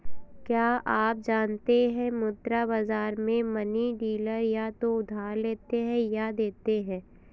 क्या आप जानते है मुद्रा बाज़ार में मनी डीलर या तो उधार लेते या देते है?